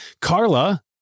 Carla